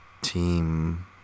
team